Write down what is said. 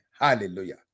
Hallelujah